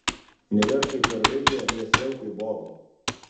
neverk kaip mergaitė nesielk kaip boba